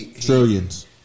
Trillions